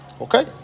Okay